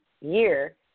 year